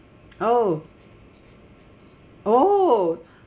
oo oo